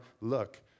Look